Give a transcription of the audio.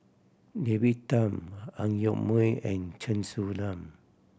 David Tham Ang Yoke Mooi and Chen Su Lan